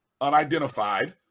unidentified